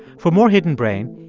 for more hidden brain,